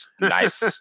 nice